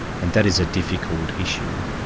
and that is a difficult issue.